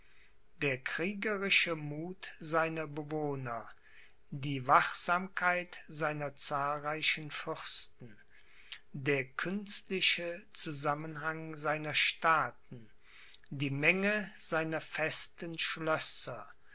der kriegerische muth seiner bewohner die wachsamkeit seiner zahlreichen fürsten der künstliche zusammenhang seiner staaten die menge seiner festen schlösser